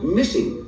missing